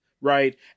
Right